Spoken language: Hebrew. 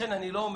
לכן אני לא אומר,